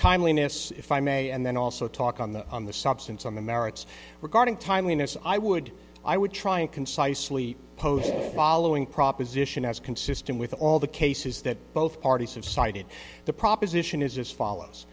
timeliness if i may and then also talk on the on the substance on the merits regarding timeliness i would i would try and concisely post following proposition as consistent with all the cases that both parties have cited the proposition is as follows